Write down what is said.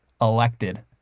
elected